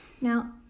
Now